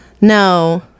No